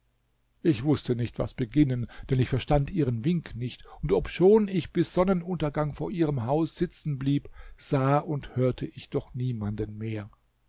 ich wußte nicht was beginnen denn ich verstand ihren wink nicht und obschon ich bis sonnenuntergang vor ihrem haus sitzen blieb sah und hörte ich doch niemanden mehr